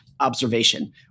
observation